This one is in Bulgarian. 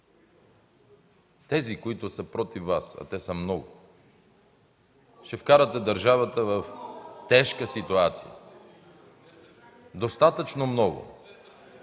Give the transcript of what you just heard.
тези, които са против Вас, а те са много, ще вкарате държавата в тежка ситуация. РЕПЛИКА ОТ